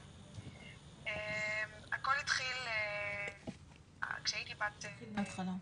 הכול התחיל שהייתי בת שמונה,